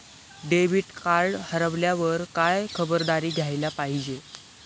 Debit card हरवल्यावर काय खबरदारी घ्यायला पाहिजे?